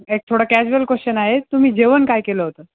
एक थोडं casual question आहे तुम्ही जेवण काय केलं होतं